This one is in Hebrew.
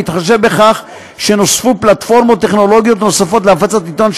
בהתחשב בכך שנוספו פלטפורמות טכנולוגיות נוספות להפצת עיתון,